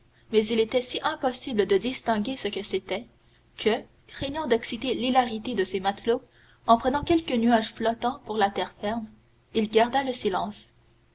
mais il était si impossible de distinguer ce que c'était que craignant d'exciter l'hilarité de ses matelots en prenant quelques nuages flottants pour la terre ferme il garda le silence